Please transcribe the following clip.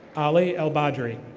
ali al badri.